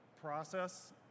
process